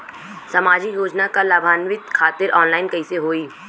सामाजिक योजना क लाभान्वित खातिर ऑनलाइन कईसे होई?